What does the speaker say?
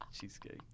Cheesecake